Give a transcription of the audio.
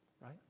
right